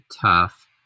tough